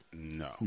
No